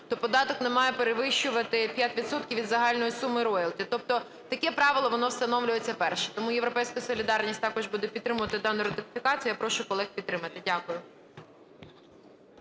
то податок не має перевищувати 5 відсотків від загальної суми роялті. Тобто таке правило, воно встановлюється вперше. Тому "Європейська солідарність" також буде підтримувати дану ратифікацію. Я прошу колег підтримати. Дякую.